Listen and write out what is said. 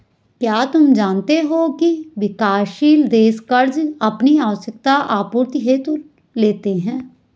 क्या तुम जानते हो की विकासशील देश कर्ज़ अपनी आवश्यकता आपूर्ति हेतु लेते हैं?